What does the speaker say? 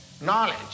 knowledge